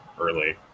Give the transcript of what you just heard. early